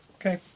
Okay